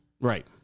right